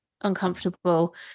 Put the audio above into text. uncomfortable